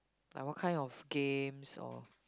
like what kind of games or